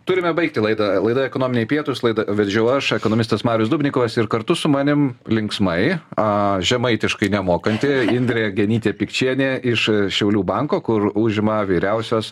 turime baigti laidą laida ekonominiai pietūs laidą vedžiau aš ekonomistas marius dubnikovas ir kartu sumanim linksmai a žemaitiškai nemokanti indrė genytė pikčienė iš šiaulių banko kur užima vyriausios